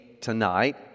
tonight